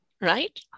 right